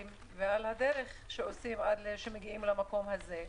ועל הדרך שעושים עד שמגיעים למקום הזה.